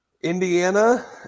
Indiana